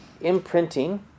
imprinting